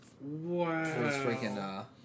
Wow